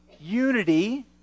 unity